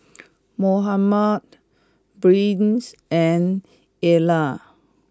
Mohammed Briens and Erna